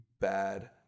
bad